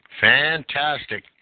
Fantastic